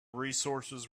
resources